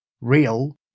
real